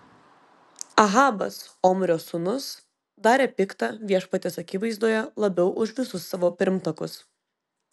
ahabas omrio sūnus darė pikta viešpaties akivaizdoje labiau už visus savo pirmtakus